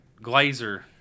glazer